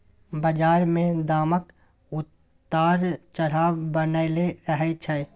बजार मे दामक उतार चढ़ाव बनलै रहय छै